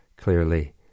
clearly